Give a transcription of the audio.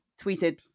tweeted